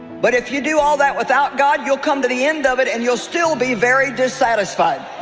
but if you do all that without god, you'll come to the end of it and you'll still be very dissatisfied